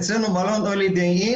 אצלנו מלון הולידיי אין,